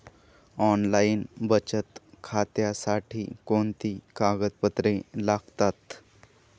Online बचत खात्यासाठी कोणती कागदपत्रे लागतात?